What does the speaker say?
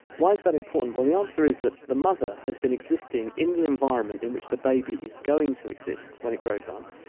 why's that important? well the answer is that the mother has been existing in the environment in which the baby is going to exist when it grows up,